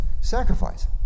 sacrifice